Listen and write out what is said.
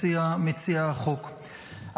מציע החוק,